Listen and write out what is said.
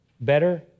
better